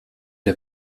der